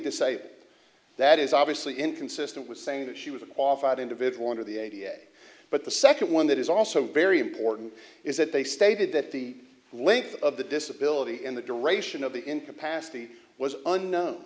say that is obviously inconsistent with saying that she was a qualified individual under the idea but the second one that is also very important is that they stated that the length of the disability and the duration of the incapacity was unknown